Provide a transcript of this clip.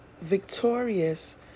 victorious